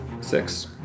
Six